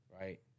Right